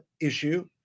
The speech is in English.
issue